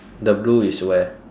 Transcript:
the blue is where